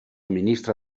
ministre